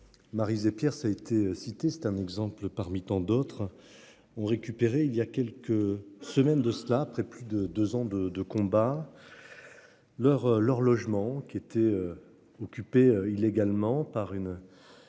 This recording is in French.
Maryse et Pierre, ça a été cité, c'est un exemple parmi tant d'autres ont récupéré il y a quelques semaines de cela après plus de 2 ans de de combat. Leur leur logement qui était. Occupé illégalement par une.